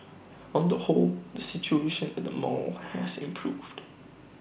on the whole the situation at the mall has improved